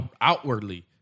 outwardly